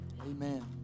Amen